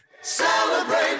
celebrate